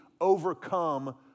overcome